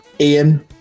Ian